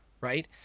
right